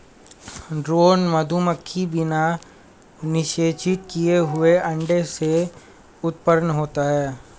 drone मधुमक्खी बिना निषेचित किए हुए अंडे से उत्पन्न होता है